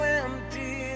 empty